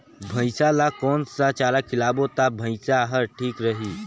भैसा ला कोन सा चारा खिलाबो ता भैंसा हर ठीक रही?